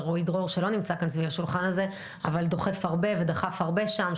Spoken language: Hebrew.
לרועי דרור שלא נמצא כאן סביב השולחן הזה אבל דוחף ודחף הרבה שם,